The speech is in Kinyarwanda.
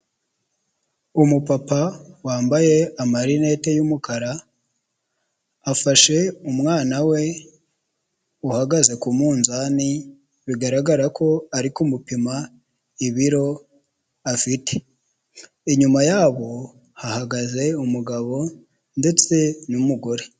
Umupapa wambaye amarinete y'umukara, afashe umwana we uhagaze ku munzani bigaragara ko ari kumupima ibiro afite, inyuma yabo hahagaze umugabo ndetse n'umugore.